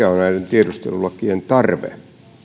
tiedustelulakien tarve